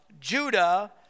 Judah